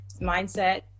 mindset